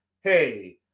hey